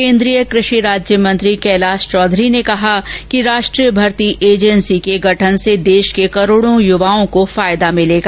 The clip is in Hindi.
केन्द्रीय कृषि राज्यमंत्री कैलाश चौधरी ने कहा कि राष्ट्रीय भर्ती एजेंसी के गठन से देश के करोड़ों युवाओं को फायदा मिलेगा